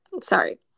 Sorry